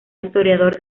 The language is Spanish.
historiador